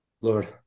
Lord